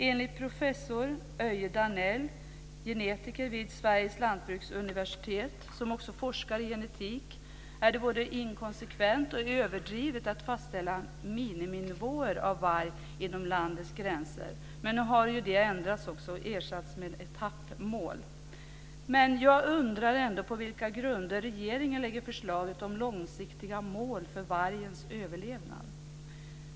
Enligt professor Öje Danell, som är genetiker vid Sveriges lantbruksuniversitet och forskar i genetik, är det både inkonsekvent och överdrivet att fastställa miniminivåer gällande varg inom landets gränser. Dessa har nu ersatts med etappmål, men jag undrar ändå på vilka grunder regeringen lägger fram förslaget om långsiktiga mål för vargens överlevnad.